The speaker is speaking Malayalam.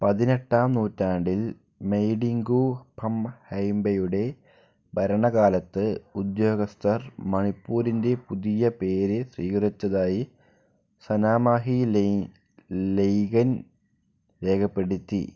പതിനെട്ടാം നൂറ്റാണ്ടിൽ മെയ്ഡിംഗു പംഹൈമ്പയുടെ ഭരണകാലത്ത് ഉദ്യോഗസ്ഥർ മണിപ്പൂരിൻ്റെ പുതിയ പേര് സ്വീകരിച്ചതായി സനാമാഹി ലൈ ലൈകൻ രേഖപ്പെടുത്തി